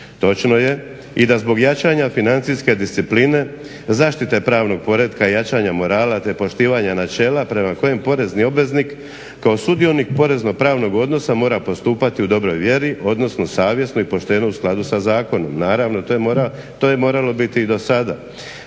Točno je i da zbog jačanja financijske discipline, zaštite pravnog poretka i jačanja morala, te poštivanja načela prema kojem porezni obveznik kao sudionik porezno-pravnog odnosa mora postupati u dobroj vjeri, odnosno savjesno i pošteno u skladu sa zakonom. Naravno, to je moralo biti i do sada.